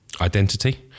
identity